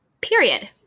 Period